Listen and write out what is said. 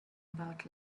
about